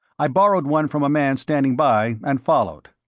i borrowed one from a man standing by and followed.